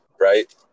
right